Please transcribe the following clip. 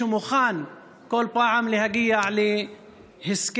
שמוכן בכל פעם להגיע להסכם,